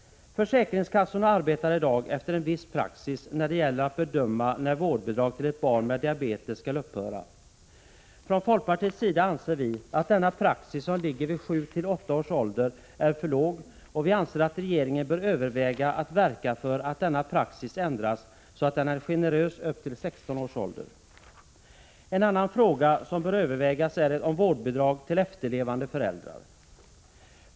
Försäkringskassorna arbetar i dag efter en viss praxis när det gäller att bedöma när vårdbidrag till ett barn med diabetes skall upphöra. Från folkpartiets sida anser vi att den gräns som ligger vid 7—8 års ålder är för låg och att regeringen bör överväga att verka för att denna praxis ändras så att den är generös upp till 16 års ålder. En annan fråga som bör övervägas är vårdbidrag till efterlevande föräldrar.